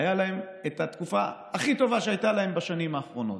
הייתה להם את התקופה הכי טובה שהייתה להם בשנים האחרונות.